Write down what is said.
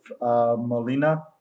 Molina